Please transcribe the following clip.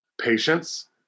patience